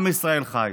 עם ישראל חי.